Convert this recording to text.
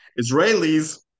israelis